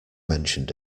mentioned